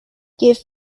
give